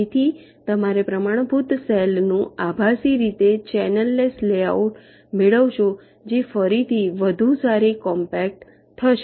તેથી તમે પ્રમાણભૂત સેલ નું આભાસી રીતે ચેનલ લેસ લેઆઉટ મેળવશો જે ફરીથી વધુ સારી કોમ્પેક્ટ થશે